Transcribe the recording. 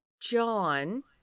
John